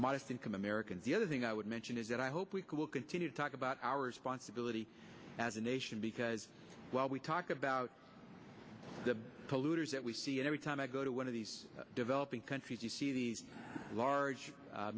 modest income americans the other thing i would mention is that i hope we will continue to talk about our responsibility as a nation because while we talk about the polluters that we see every time i go to one of these developing countries you see these large